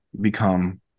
become